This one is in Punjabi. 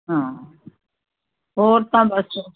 ਹਾਂ ਹੋਰ ਤਾਂ ਬਸ